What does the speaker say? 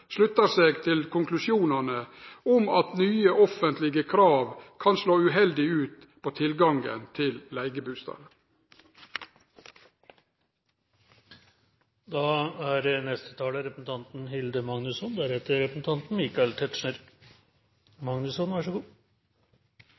seg til konklusjonane om at nye offentlege krav kan slå uheldig ut på tilgangen til